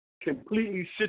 completely